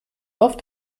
oft